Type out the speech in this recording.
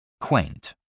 Quaint